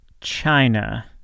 China